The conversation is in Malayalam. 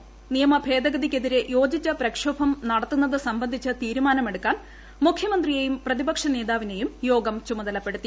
സിയ്മ്ഭേദഗതിക്കെതിരെ യോജിച്ച് പ്രക്ഷോഭം നടത്തുന്നത് സംബന്ധിച്ച് തീരുമാനമെടുക്കാൻ മുഖ്യമന്ത്രിയെയും പ്രതിപക്ഷ നേതാവിനെയും ് യോഗം ചുമതലപ്പെടുത്തി